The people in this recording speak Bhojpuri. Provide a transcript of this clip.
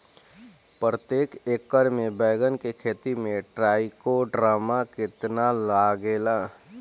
प्रतेक एकर मे बैगन के खेती मे ट्राईकोद्रमा कितना लागेला?